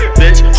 bitch